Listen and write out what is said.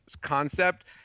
concept